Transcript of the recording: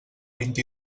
vint